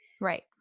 Right